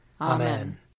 Amen